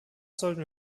sollten